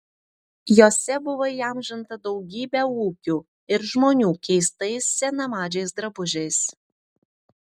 jose buvo įamžinta daugybė ūkių ir žmonių keistais senamadžiais drabužiais